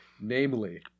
namely